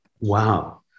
Wow